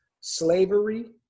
slavery